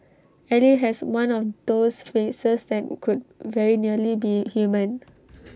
ally has one of those faces that could very nearly be human